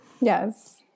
Yes